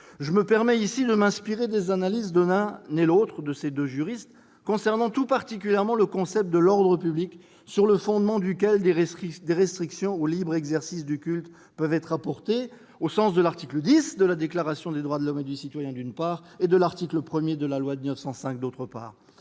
Je me permets ici de m'inspirer des analyses de l'un et l'autre de ces deux juristes concernant tout particulièrement le concept de l'ordre public, sur le fondement duquel des restrictions au libre exercice du culte peuvent être apportées, au sens de l'article X de la Déclaration des droits de l'homme et du citoyen, d'une part, et de l'article 1 de la loi de 1905, d'autre part.